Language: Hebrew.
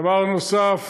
דבר נוסף